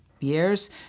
years